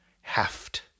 heft